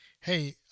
hey